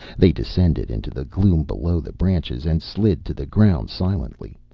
they descended into the gloom below the branches and slid to the ground silently,